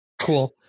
cool